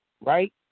right